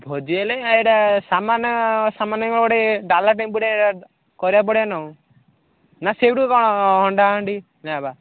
ଭୋଜି ହେଲେ ଏଇଟା ସାମାନ ସାମାନ ଗୋଟେ ଡାଲା ଟେମ୍ପୋ କରିବାକୁ ପଡ଼ିବ ନା ଆଉ ନା ସେଇଠୁ କ'ଣ ହଣ୍ଡା ହାଣ୍ଡି ନେବା